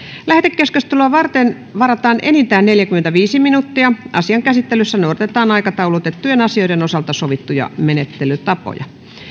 lähetekeskustelua varten varataan enintään neljäkymmentäviisi minuuttia asian käsittelyssä noudatetaan aikataulutettujen asioiden osalta sovittuja menettelytapoja